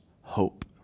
hope